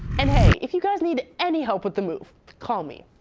and hey, if you guys need any help with the move call me.